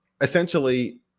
essentially